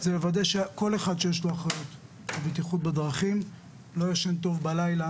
זה לוודא שכל אחד שיש לו אחריות בבטיחות בדרכים לא ישן טוב בלילה